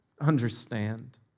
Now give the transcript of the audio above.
Understand